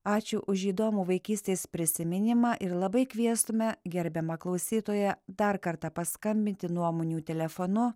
ačiū už įdomų vaikystės prisiminimą ir labai kviestume gerbiamą klausytoją dar kartą paskambinti nuomonių telefonu